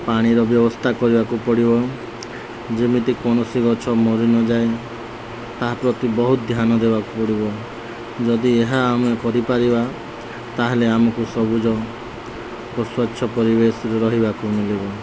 ପାଣିର ବ୍ୟବସ୍ଥା କରିବାକୁ ପଡ଼ିବ ଯେମିତି କୌଣସି ଗଛ ମରିନଯାଏ ତାହା ପ୍ରତି ବହୁତ ଧ୍ୟାନ ଦେବାକୁ ପଡ଼ିବ ଯଦି ଏହା ଆମେ କରିପାରିବା ତା'ହେଲେ ଆମକୁ ସବୁଜ ଓ ସ୍ଵଚ୍ଛ ପରିବେଶରେ ରହିବାକୁ ମିଳିବ